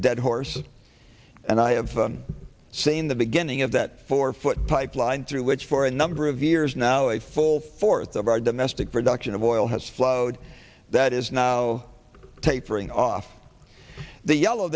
that horse and i have seen the beginning of that four foot pipeline through which for a number of years now a full fourth of our domestic production of oil has flowed that is now tapering off the yellow